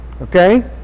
Okay